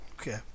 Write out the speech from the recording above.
Okay